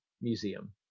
museum